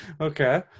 okay